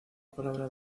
palabra